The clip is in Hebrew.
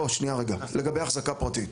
לגבי החזקה פרטית: